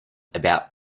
about